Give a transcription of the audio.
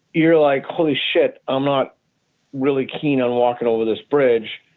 you're like, holy shit, i'm not really keen on walking over this bridge.